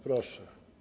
Proszę.